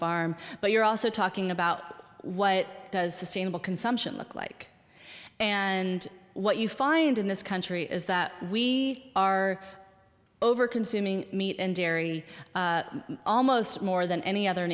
farm but you're also talking about what does this say about consumption look like and what you find in this country is that we are overconsuming meat and dairy almost more than any other